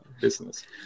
business